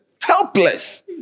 Helpless